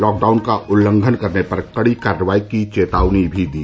lockdown का उल्लंघन करने पर कड़ी कार्रवाई की चेतावनी भी दी